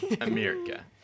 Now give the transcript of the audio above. America